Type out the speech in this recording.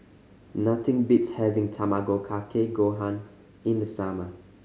nothing beats having Tamago Kake Gohan in the summer